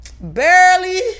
Barely